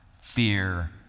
fear